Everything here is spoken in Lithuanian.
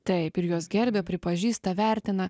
taip ir juos gerbia pripažįsta vertina